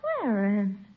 Clarence